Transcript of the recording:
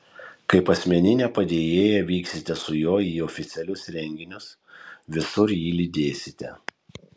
kaip asmeninė padėjėja vyksite su juo į oficialius renginius visur jį lydėsite